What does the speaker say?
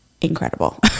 incredible